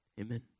Amen